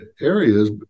areas